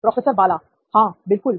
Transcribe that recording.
professor Bala हां बिल्कुल